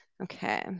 Okay